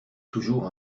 toujours